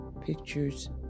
Pictures